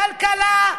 כלכלה,